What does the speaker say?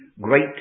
great